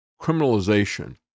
criminalization